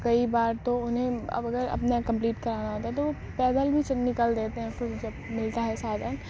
کئی بار تو انہیں اب اگر اپنا کمپلیٹ کرانا ہوتا ہے تو وہ پیدل بھی چل نکل دیتے ہیں پھر جب ملتا ہے سادھن